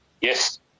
Yes